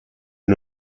est